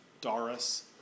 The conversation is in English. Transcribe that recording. Doris